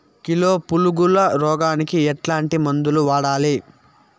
Kilo పులుగుల రోగానికి ఎట్లాంటి మందులు వాడాలి?